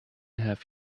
have